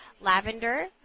lavender